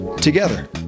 together